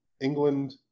England